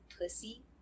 Pussy